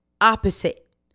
opposite